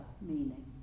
meaning